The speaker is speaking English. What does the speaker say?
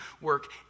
work